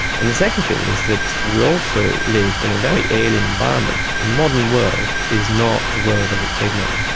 and the second thing is that we also live in a very alien environment. the modern world is not the world of the caveman.